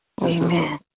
Amen